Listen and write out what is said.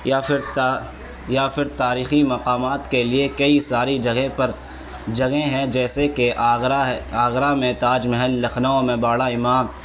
یا پھر تا یا پھر تاریخی مقامات کے لیے کئی ساری جگہ پر جگہیں ہیں جیسے کہ آگرہ ہے آگرہ میں تاج محل لکھنؤ میں باڑا امام